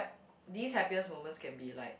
this happiest moment can be like